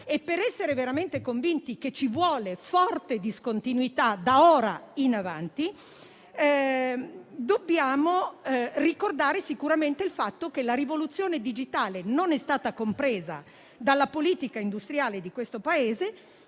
e per essere veramente convinti che ci vuole forte discontinuità da ora in avanti, dobbiamo ricordare sicuramente il fatto che la rivoluzione digitale non è stata compresa dalla politica industriale di questo Paese,